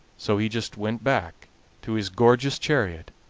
so he just went back to his gorgeous chariot,